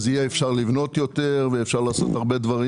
יהיה אפשר לבנות יותר ואפשר יהיה לעשות הרבה יותר דברים.